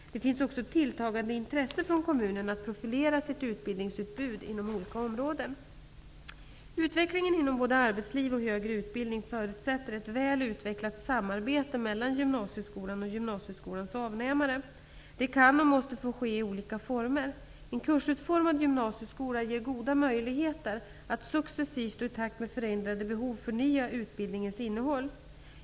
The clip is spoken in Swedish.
Det finns också ett tilltagande intresse från kommunerna att profilera sitt utbildningsutbud inom olika områden. Utvecklingen inom både arbetsliv och högre utbildning förutsätter ett väl utvecklat samarbete mellan gymnasieskolan och gymnasieskolans avnämare. Detta kan och måste få ske i olika former. En kursutformad gymnasieskola ger goda möjligheter att successivt och i takt med förändrade behov förnya utbildningens innehåll.